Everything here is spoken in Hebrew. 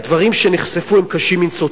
הדברים שנחשפו הם קשים מנשוא,